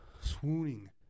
swooning